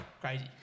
crazy